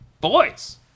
boys